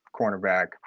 cornerback